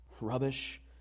rubbish